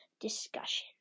discussion